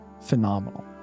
phenomenal